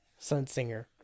Sunsinger